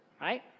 Right